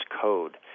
code